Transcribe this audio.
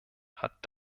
hat